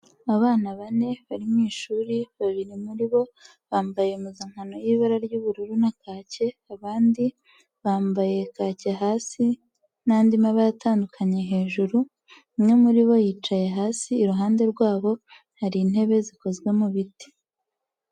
Abana bane bari mu ishuri, babiri muri bo bambaye impuzankano y'ibara ry'ubururu na kaki, abandi bambaye kaki hasi n'andi mabara atandukanye hejuru, umwe muri bo yicaye hasi, iruhande rwabo hari intebe zikozwe mu biti.